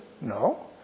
No